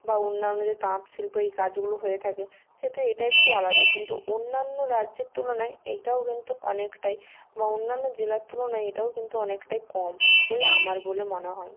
বা অন্যান্য যে তাঁত শিল্প এই কাজগুলো হয়ে থাকে সেহেতু এটা একটু আলাদা কিন্তু অন্যান্য রাজ্যের তুলনায় এইটাও কিন্তু অনেকটাই বা অন্যান্য জেলার তুলনায় এটাও কিন্তু অনেকটাই কম বলে আমার বলে মনে হয়